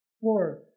Four